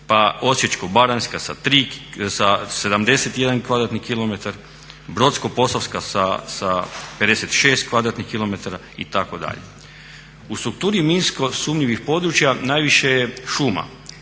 pa Osječko-baranjaka sa 71 km2, Brodsko-posavska sa 56 km2 itd. U strukturi minsko sumnjivih područja najviše je šuma.